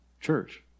Church